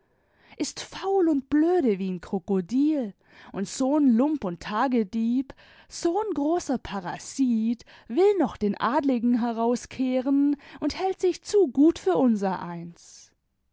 ist faul und blöde wie n krokodil und so n lump und tagedieb so n großer parasit will noch den adligen herauskehren und hält sich zu gut für unsereins